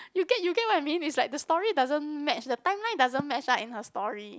you get you get what I mean is like the story doesn't match the timeline doesn't match ah in her story